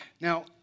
Now